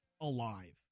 alive